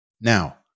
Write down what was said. Now